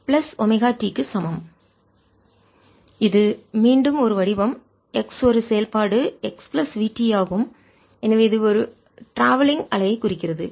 eiπxLeiωt ei πxLωt இது மீண்டும் ஒரு வடிவம் x ஒரு செயல்பாடு x பிளஸ் vt ஆகும் எனவே இது ஒரு ட்ராவெல்லிங் பயண அலையை குறிக்கிறது